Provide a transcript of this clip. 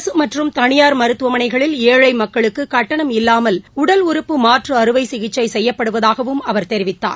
அரசு மற்றும் தனியார் மருத்துவமனைகளில் ஏழை மக்களுக்கு கட்டணம் இல்வாமல் உடல் உறுப்பு மாற்று அறுவை சிகிச்சை செய்யப்படுவதாகவும் அவர் தெரிவித்தார்